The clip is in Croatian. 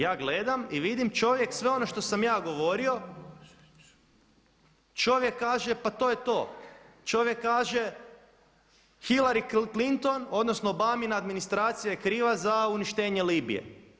Ja gledam i vidim čovjek sve ono što sam ja govorio, čovjek kaže pa to je to, čovjek kaže Hillary Clinton odnosno obamina administracija je kriva za uništenje Libije.